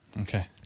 Okay